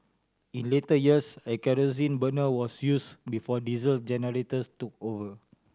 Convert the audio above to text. in later years a kerosene burner was use before diesel generators took over